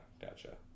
Gotcha